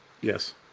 Yes